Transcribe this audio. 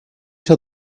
till